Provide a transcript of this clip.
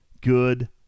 Good